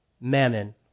mammon